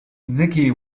vicky